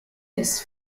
this